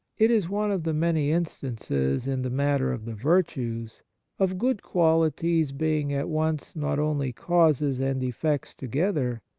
it is one of the many instances in the matter of the virtues of good qualities being at once not only causes and effects together,